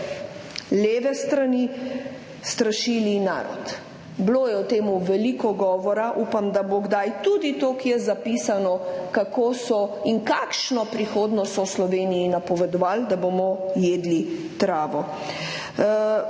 leve strani strašili narod. Bilo je o tem veliko govora. Upam, da bo kdaj tudi to kje zapisano, kako so in kakšno prihodnost so Sloveniji napovedovali – da bomo jedli travo.